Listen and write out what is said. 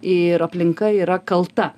ir aplinka yra kalta